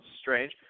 strange